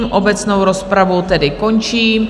Obecnou rozpravu tedy končím.